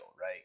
right